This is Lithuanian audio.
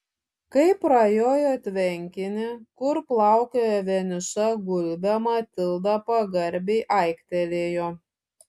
kai prajojo tvenkinį kur plaukiojo vieniša gulbė matilda pagarbiai aiktelėjo